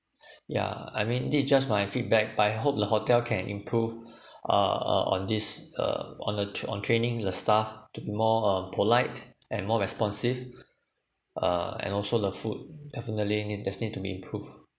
yeah I mean this is just my feedback by hope the hotel can improve uh uh on this uh on the tra~ on training the staff to be more uh polite and more responsive uh and also the food definitely need there's need to be improved